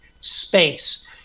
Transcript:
space